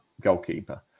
goalkeeper